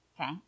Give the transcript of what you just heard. Okay